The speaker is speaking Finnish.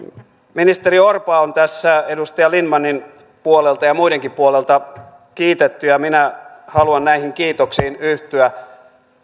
ministeri orpoa on tässä edustaja lindtmanin puolelta ja muidenkin puolelta kiitetty ja minä haluan näihin kiitoksiin yhtyä